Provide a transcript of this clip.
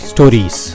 Stories